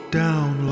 down